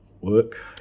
work